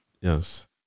Yes